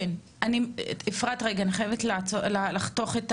תודה, אפרת, רגע, אני חייבת לעצור אותך.